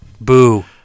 Boo